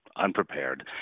unprepared